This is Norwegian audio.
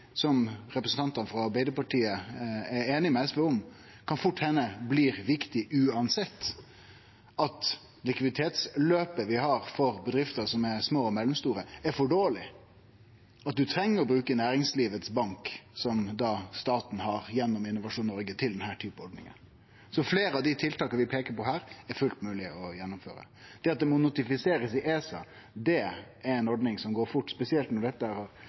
blir viktig uansett – at likviditetsløpet vi har for bedrifter som er små og mellomstore, er for dårleg, og at ein treng å bruke banken til næringslivet, som staten har gjennom Innovasjon Noreg, til denne typen ordningar. Fleire av dei tiltaka vi peiker på her, er det fullt mogleg å gjennomføre. Til det at det må notifiserast i ESA, er dette ei ordning som går fort, spesielt når det har vore meir eller mindre notifisert før. Det at ein ikkje har kapasitet i staten til å